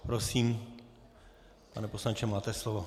Prosím, pane poslanče, máte slovo.